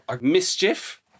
Mischief